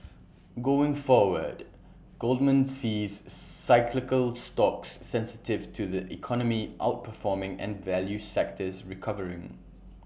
going forward Goldman sees cyclical stocks sensitive to the economy outperforming and value sectors recovering